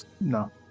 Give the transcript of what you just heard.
No